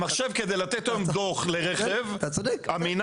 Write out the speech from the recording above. נעשית פה עבודה מאומצת לטובת הטיפול בכבישים ובתשתיות,